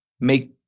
make